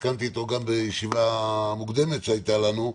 הסכמתי איתו גם בישיבה מוקדמת שהייתה לנו,